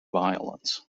violence